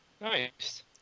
Nice